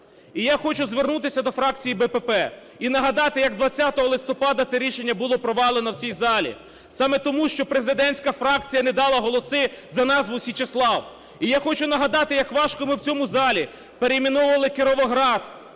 І я хочу звернутися до фракції БПП і нагадати, як 20 листопада це рішення було провалено в цій залі саме тому, що президентська фракція не дала голоси за назву "Січеслав". І я хочу нагадати, як важко ми в цьому залі перейменовували Кіровоград